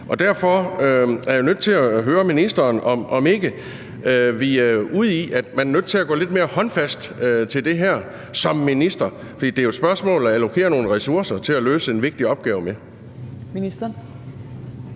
Derfor er jeg nødt til at høre ministeren, om ikke vi er ude i, at man er nødt til at gå lidt mere håndfast til det her som minister, for det er jo et spørgsmål om at allokere nogle ressourcer til at løse en vigtig opgave med.